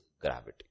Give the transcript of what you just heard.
gravity